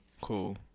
Cool